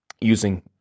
using